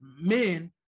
men